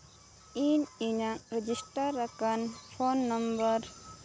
ᱤᱧ ᱤᱧᱟᱹᱜ ᱨᱮᱡᱤᱥᱴᱟᱨ ᱟᱠᱟᱱ ᱯᱷᱳᱱ ᱱᱟᱢᱵᱟᱨ